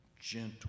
gentle